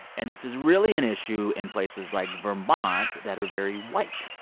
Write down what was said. and this is really an issue in places like vermont that are very white.